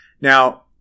Now